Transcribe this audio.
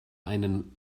einen